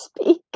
speak